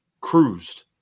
cruised